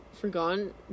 forgotten